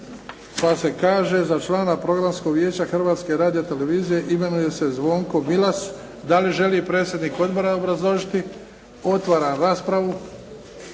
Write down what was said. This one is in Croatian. pa se kaže za člana Programskog vijeća Hrvatske radio televizije imenuje se Zvonko Bilas. Dali želi predsjednik Odbora obrazložiti? Otvaram raspravu.